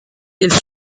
ils